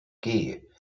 teil